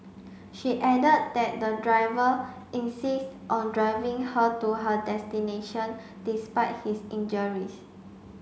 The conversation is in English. she added that the driver insist on driving her to her destination despite his injuries